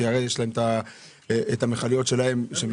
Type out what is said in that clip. כי הרי לחברות הגדולות יש את המכליות שלהן שמחוץ